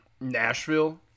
Nashville